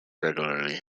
regularly